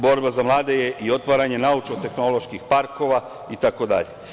Borba za mlade je i otvaranje naučno-tehnoloških parkova itd.